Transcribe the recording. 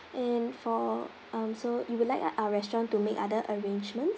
and for um so you would like our restaurant to make other arrangements